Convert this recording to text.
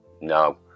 no